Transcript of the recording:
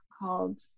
Called